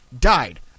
died